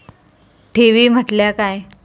ठेवी म्हटल्या काय?